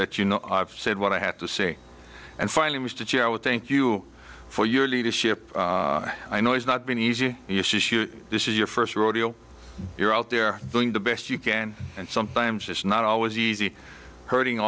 let you know i've said what i had to say and finally was to share with thank you for your leadership i know it's not been easy this is your first rodeo you're out there doing the best you can and sometimes it's not always easy hurting